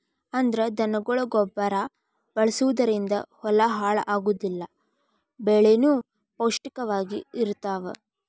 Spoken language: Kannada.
ಅಂದ್ರ ದನಗೊಳ ಗೊಬ್ಬರಾ ಬಳಸುದರಿಂದ ಹೊಲಾ ಹಾಳ ಆಗುದಿಲ್ಲಾ ಬೆಳಿನು ಪೌಷ್ಟಿಕ ವಾಗಿ ಇರತಾವ